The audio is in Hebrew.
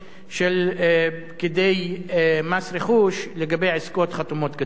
של פקידי מס רכוש לגבי עסקאות חתומות כדין?